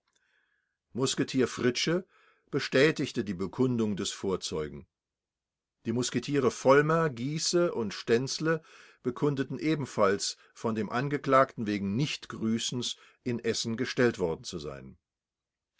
musketier fritsche bestätigte die bekundung des vorzeugen die musketiere vollmer giese und stenzle bekundeten ebenfalls von dem angeklagten wegen nichtgrüßens in essen gestellt worden zu sein